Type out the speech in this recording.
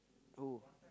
who